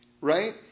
right